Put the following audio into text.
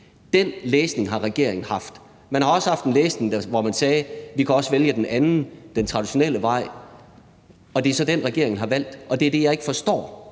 Den læsning har regeringen haft. Man har også haft en læsning, hvor man sagde, at man også kunne vælge den anden og traditionelle vej, og det er så den, regeringen har valgt, og det er det, jeg ikke forstår,